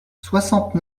soixante